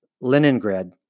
Leningrad